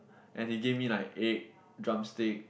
and he give me like egg drumstick